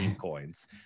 coins